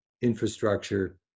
infrastructure